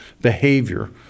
behavior